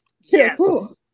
yes